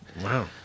Wow